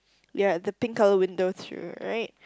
ya the pink colour window to your right